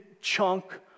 chunk